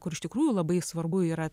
kur iš tikrųjų labai svarbu yra